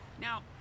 Now